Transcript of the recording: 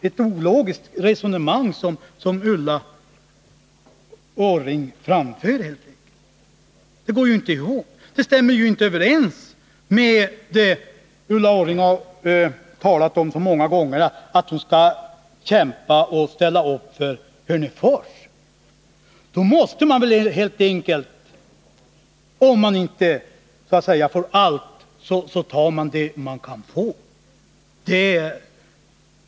Ulla Orrings resonemang är ologiskt. Det går inte ihop. Det stämmer inte överens med det hon har talat om så många gånger, nämligen att hon skall kämpa och ställa upp för Hörnefors. Då måste man väl helt enkelt — om man inte så att säga får allt — ta det man kan få.